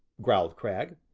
growled cragg.